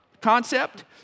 concept